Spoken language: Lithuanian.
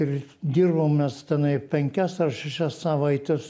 ir dirbom mes tenai penkias ar šešias savaites